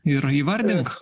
ir įvardink